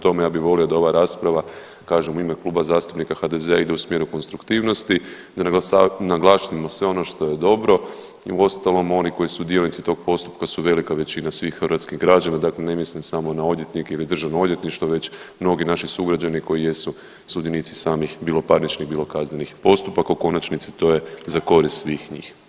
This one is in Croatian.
tome ja bi volio da ova rasprava kažem u ime Kluba zastupnika HDZ-a ide u smjeru konstruktivnosti, da naglasimo sve ono što je dobro i uostalom oni koji su dionici tog postupka su velika većina svih hrvatskih građana, dakle ne mislim samo na odvjetnike ili državno odvjetništvo već mnogi naši sugrađani koji jesu sudionici samih bilo parničnih, bilo kaznenih postupaka, u konačnici to je za korist svih njih.